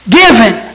given